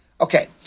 Okay